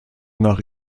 nach